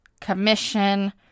commission